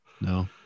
No